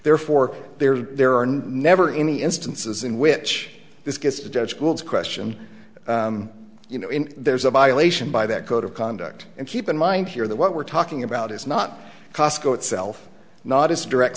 therefore there are there are never any instances in which this gets to judge schools question you know in there's a violation by that code of conduct and keep in mind here that what we're talking about is not cosco itself not his direct